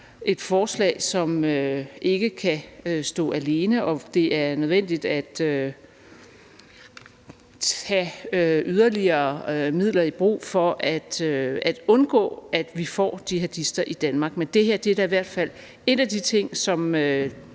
et forslag, som ikke kan stå alene, og det er nødvendigt at tage yderligere midler i brug for at undgå, at vi får jihadister i Danmark. Men det her er da i hvert fald en af de ting,